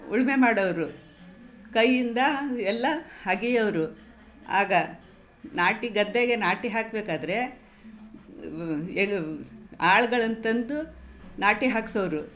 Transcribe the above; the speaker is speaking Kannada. ಉಳುಮೆ ಮಾಡೋರು ಕೈಯ್ಯಿಂದ ಎಲ್ಲ ಹಗೆಯೋರು ಆಗ ನಾಟಿ ಗದ್ದೆಗೆ ನಾಟಿ ಹಾಕಬೇಕಾದ್ರೆ ಏನು ಆಳ್ಗಳನ್ನು ತಂದು ನಾಟಿ ಹಾಕಿಸೋರು